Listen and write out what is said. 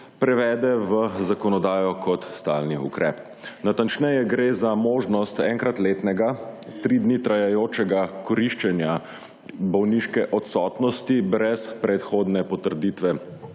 prevede v zakonodajo kot stalni ukrep. Natančneje gre za možnost enkrat letnega tri dni trajajočega koriščenja bolniške odsotnosti brez predhodne potrditve